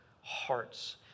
hearts